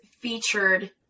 featured